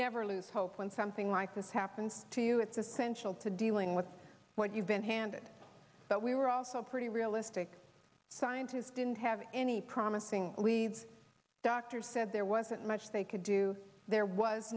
never lose hope when something like this happens to you it's essential to dealing with what you've been handed but we were also pretty realistic scientists didn't have any promising leads doctors said there wasn't much they could do there was